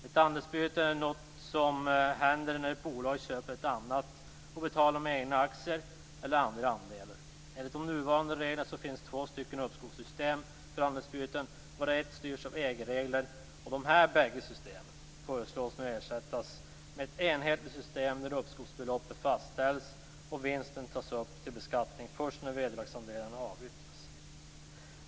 Ett andelsbyte är något som händer när ett bolag köper ett annat och betalar med egna aktier eller andra andelar. Enligt de nuvarande reglerna finns det två stycken uppskovssystem för andelsbyten, varav ett styrs av EG-regler. De här bägge systemen föreslås nu ersättas med ett enhetligt system där uppskovsbeloppet fastställs och vinsten tas upp till beskattning först när vederlagsandelarna avyttras.